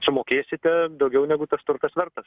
sumokėsite daugiau negu tas turtas vertas